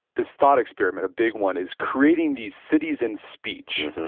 this thought experiment, a big one, is creating these cities in speech.